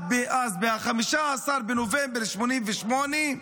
ב-15 בנובמבר 1988,